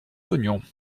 l’oignon